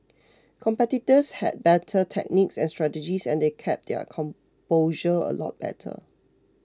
competitors had better techniques and strategies and they kept their composure a lot better